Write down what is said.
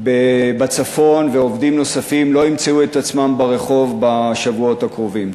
בצפון ועובדים נוספים לא ימצאו את עצמם ברחוב בשבועות הקרובים.